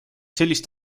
sellist